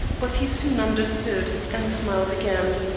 but he soon understood, and smiled again.